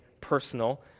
personal